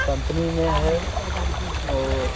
company में है और